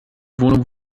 wohnung